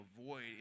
avoid